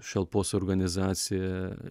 šalpos organizacija